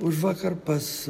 užvakar pas